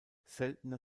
seltener